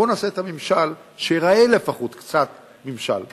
בוא ונעשה את הממשל שייראה לפחות קצת ממשל.